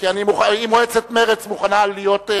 אם מועצת מרצ מוכנה להיות על הכשרות,